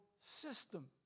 system